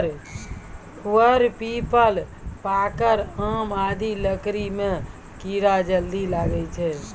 वर, पीपल, पाकड़, आम आदि लकड़ी म कीड़ा जल्दी लागै छै